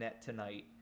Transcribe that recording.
tonight